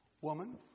woman